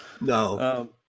No